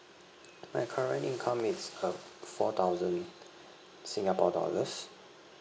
my current income is uh four thousand singapore dollars